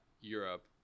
europe